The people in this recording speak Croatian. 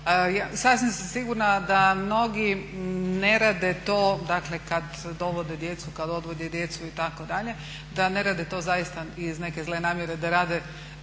sam sigurna da mnogi ne rade to, dakle kad dovode djecu, kad odvode djecu itd. da ne rade to zaista iz neke zle namjere, da rade